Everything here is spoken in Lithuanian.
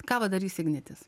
ką va darys ignitis